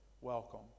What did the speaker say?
welcome